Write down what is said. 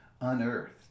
unearthed